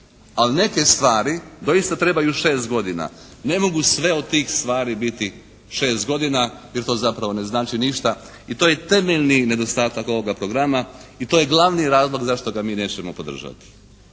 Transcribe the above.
Ali neke stvari doista trebaju šest godina. Ne mogu sve od tih stvari biti šest godina, jer to zapravo ne znači ništa i to je temeljni nedostatak ovoga programa i to je glavni razlog zašto ga mi nećemo podržati.